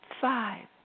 five